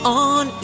on